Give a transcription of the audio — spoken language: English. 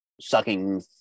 sucking